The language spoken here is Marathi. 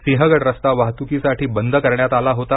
सिंहगड् रस्ता वाहतूक साठी बंद करण्यात आला होता